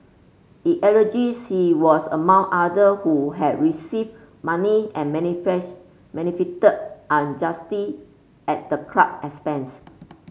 it alleges he was among other who had received money and benefited unjustly at the club expense